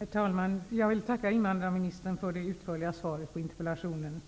Herr talman! Jag vill tacka invandrarministern för det utförliga svaret på interpellationen.